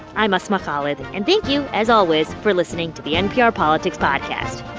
i'm asma khalid. and thank you, as always, for listening to the npr politics podcast